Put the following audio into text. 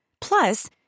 Plus